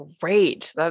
great